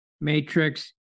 matrix